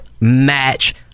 match